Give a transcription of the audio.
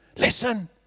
Listen